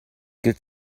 gilt